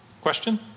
Question